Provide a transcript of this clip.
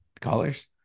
colors